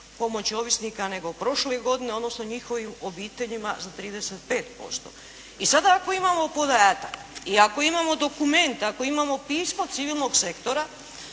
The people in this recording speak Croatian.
pomoći ovisnika nego u prošloj godini odnosno njihovim obiteljima za 35%. I sada ako imamo podatak i ako imamo dokument, ako imamo pismo civilnog sektora